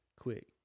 quick